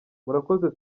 murakoze